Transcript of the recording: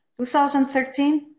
2013